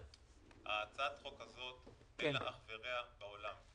הצעת החוק הזאת אין לה אח ורע בעולם.